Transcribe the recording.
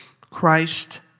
Christ